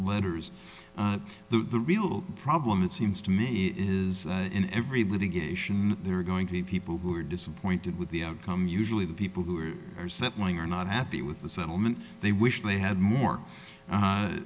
letters the real problem it seems to me is in every litigation there are going to be people who are disappointed with the outcome usually the people who are settling are not happy with the settlement they wish they had more